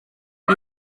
wie